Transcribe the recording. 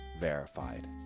Verified